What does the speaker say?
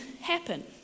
happen